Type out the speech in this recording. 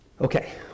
Okay